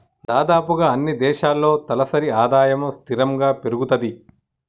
దాదాపుగా అన్నీ దేశాల్లో తలసరి ఆదాయము స్థిరంగా పెరుగుతది